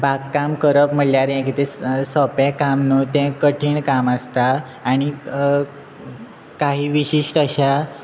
बाग काम करप म्हळ्यार हें कितें सोपें काम न्हू तें कठीण काम आसता आनी काही विशिश्ट अश्या